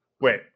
wait